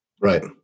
Right